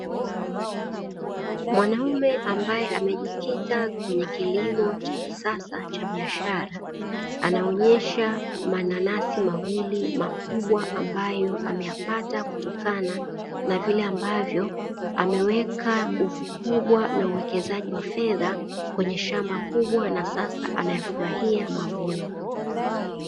Mwanaume ambaye amejikita kwenye kilimo cha kisasa cha biashara, anaonyesha mananasi mawili makubwa ambayo ameyapata kutokana na vile amabvyo ameweka nguvu kubwa na uwekezaji wa fedha kwenye shamba kubwa na sasa anayafurahia mavuno.